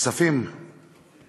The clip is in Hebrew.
הכספים כדי